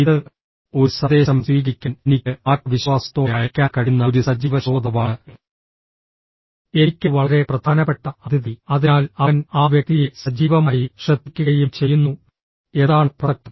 ഇത് ഒരു സന്ദേശം സ്വീകരിക്കാൻ എനിക്ക് ആത്മവിശ്വാസത്തോടെ അയയ്ക്കാൻ കഴിയുന്ന ഒരു സജീവ ശ്രോതാവാണ് എനിക്ക് വളരെ പ്രധാനപ്പെട്ട അതിഥി അതിനാൽ അവൻ ആ വ്യക്തിയെ സജീവമായി ശ്രദ്ധിക്കുകയും ചെയ്യുന്നു എന്താണ് പ്രസക്തം